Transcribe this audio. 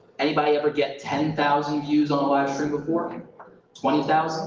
anybody ever get ten thousand views on a live stream before? um twenty thousand